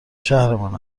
شهرمان